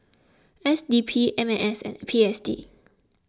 S D P M M S and P S D